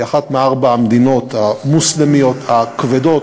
היא אחת מארבע המדינות המוסלמיות הכבדות,